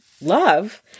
love